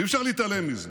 ואי-אפשר להתעלם מזה,